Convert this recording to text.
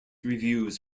reviews